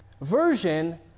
version